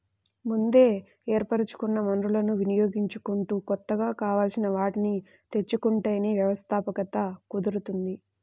ముందే ఏర్పరచుకున్న వనరులను వినియోగించుకుంటూ కొత్తగా కావాల్సిన వాటిని తెచ్చుకుంటేనే వ్యవస్థాపకత కుదురుతుంది